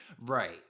Right